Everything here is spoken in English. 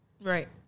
Right